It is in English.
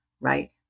right